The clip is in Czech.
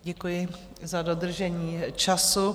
Děkuji za dodržení času.